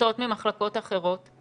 מוסטות ממחלקות אחרות?